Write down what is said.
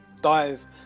dive